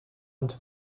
and